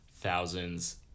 thousands